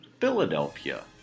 Philadelphia